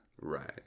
Right